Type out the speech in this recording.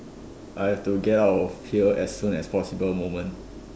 I have to get out of here as soon as possible moment